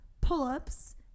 pull-ups